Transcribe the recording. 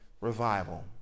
revival